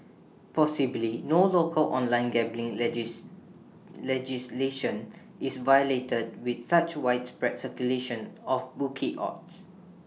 possibly no local online gambling legislation is violated with such widespread circulation of bookie odds